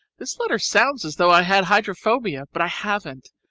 this letter sounds as though i had hydrophobia, but i haven't.